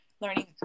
learning